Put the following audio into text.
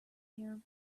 here